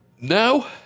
No